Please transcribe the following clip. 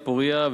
"פורייה",